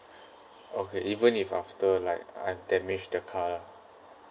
okay even if after like I've damage the car